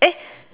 eh